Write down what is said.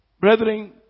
brethren